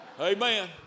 Amen